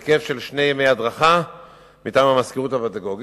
בהיקף של שני ימי הדרכה מטעם המזכירות הפדגוגית,